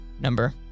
number